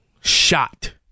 shot